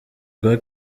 rwa